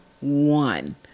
one